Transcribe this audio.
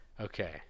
okay